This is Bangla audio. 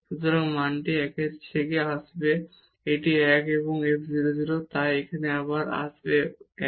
সুতরাং মানটি এই 1 থেকে আসবে এটি 1 এবং f 0 0 তাই আবার এটি এখানে 1